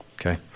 Okay